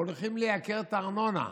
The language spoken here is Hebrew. הולכים לייקר את הארנונה.